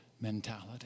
mentality